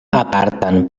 apartan